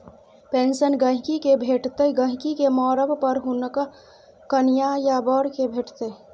pension गहिंकी केँ भेटतै गहिंकी केँ मरब पर हुनक कनियाँ या बर केँ भेटतै